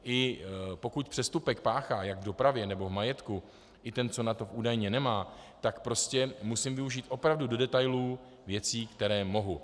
I pokud přestupek páchá jak v dopravě nebo v majetku i ten, co na to údajně nemá, tak prostě musím využít opravdu do detailů věci, které mohu.